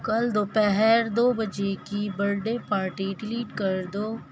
کل دوپہر دو بجے کی برتھ ڈے پارٹی ڈیلیٹ کر دو